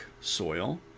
soil